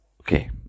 okay